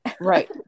Right